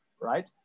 right